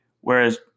Whereas